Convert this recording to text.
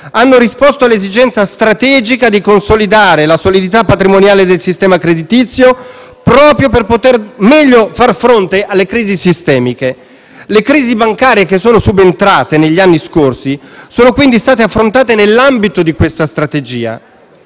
hanno risposto all'esigenza strategica di consolidare la solidità patrimoniale del sistema creditizio proprio per poter meglio far fronte alle crisi sistemiche. Le crisi bancarie subentrate negli anni scorsi sono quindi state affrontate nell'ambito di questa strategia